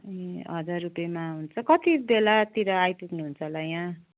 ए हजार रुपियाँमा हुन्छ कतिबेलातिर आइपुग्नु हुन्छ होला यहाँ